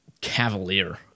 cavalier